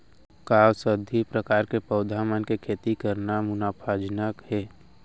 का औषधीय प्रकार के पौधा मन के खेती करना मुनाफाजनक हे?